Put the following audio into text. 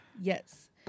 Yes